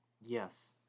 Yes